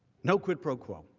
no quid pro quo.